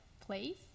place